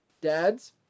Dads